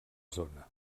zona